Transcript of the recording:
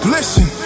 Listen